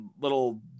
little